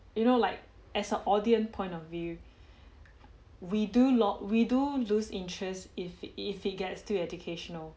you know like as a audience point of view we do lot we do lose interest if if it gets too educational